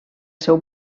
seu